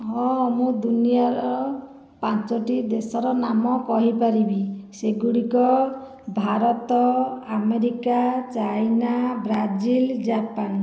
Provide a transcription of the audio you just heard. ହଁ ମୁଁ ଦୁନିଆର ପାଞ୍ଚଟି ଦେଶର ନାମ କହିପାରିବି ସେଗୁଡ଼ିକ Bharat America China Brazil Japan